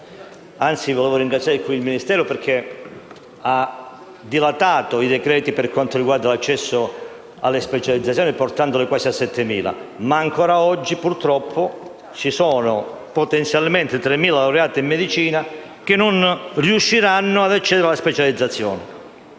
proposito ringraziare il Ministero, perché ha dilatato i decreti per quanto riguarda l'accesso alle specializzazioni, portando i posti quasi a 7.000, ma ancora oggi purtroppo ci sono, potenzialmente, 3.000 laureati in medicina che non riusciranno ad accedere alla specializzazione.